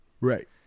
Right